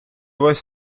весь